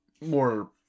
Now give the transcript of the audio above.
more